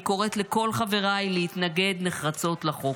אני קוראת לכל חבריי להתנגד נחרצות לחוק.